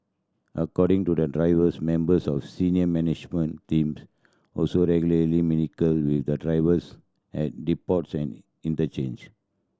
according to the drivers members of senior management team also regularly mingle with the drivers at depots and interchanges